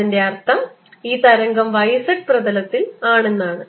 അതിന്റെ അർത്ഥം ഈ തരംഗം y z പ്രതലത്തിൽ ആണെന്നാണ്